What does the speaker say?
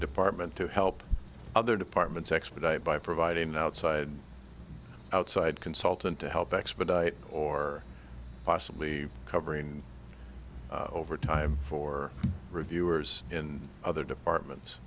department to help other departments expedite by providing an outside outside consultant to help expedite or possibly covering overtime for reviewers in other departments